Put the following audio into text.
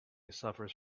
suffers